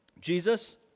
Jesus